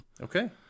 Okay